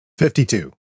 52